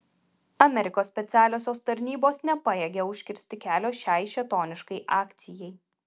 amerikos specialiosios tarnybos nepajėgė užkirsti kelio šiai šėtoniškai akcijai